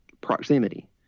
proximity